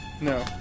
No